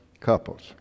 couples